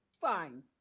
Fine